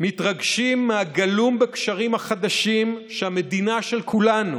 מתרגשים מהגלום בקשרים החדשים שהמדינה של כולנו,